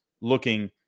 looking